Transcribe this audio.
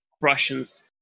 Russians